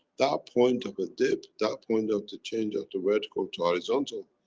that point of a dip that point of the change of the vertical to horizontal,